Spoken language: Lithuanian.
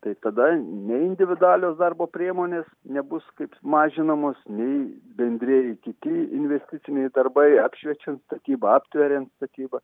tai tada nei individualios darbo priemonės nebus kaip mažinamos nei bendrieji kiti investiciniai darbai apšviečiant statybą aptveriant statybą